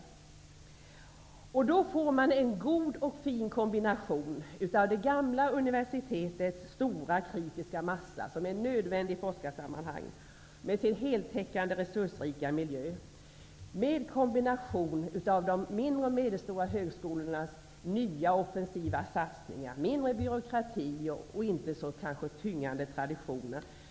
Om vår modell skulle införas, blir det en god och fin kombination av det gamla universitetets stora kritiska massa, som är nödvändig i forskarsammanhang, med sin heltäckande resursrika miljö och av de mindre och medelstora högskolornas nya offensiva satsning, mindre byråkrati och inte så tyngande traditioner.